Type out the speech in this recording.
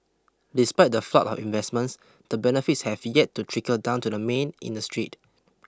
despite the flood of investments the benefits have yet to trickle down to the main in the street